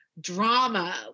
drama